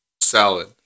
Salad